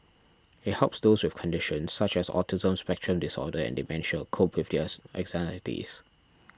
it helps those with conditions such as autism spectrum disorder and dementia cope with their anxieties